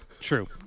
true